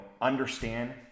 understand